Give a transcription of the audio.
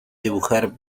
dibujar